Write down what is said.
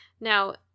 Now